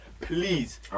please